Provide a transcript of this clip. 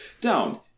down